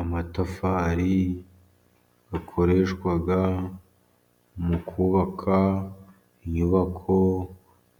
Amatafari akoreshwa mu kubaka inyubako